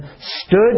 stood